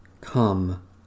Come